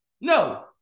No